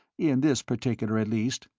in this particular, at least.